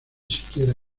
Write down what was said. siquiera